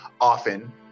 often